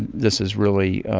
this is really,